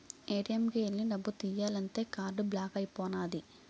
ATM కు ఎల్లి డబ్బు తియ్యాలంతే కార్డు బ్లాక్ అయిపోనాది